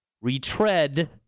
retread